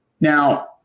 now